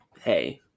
hey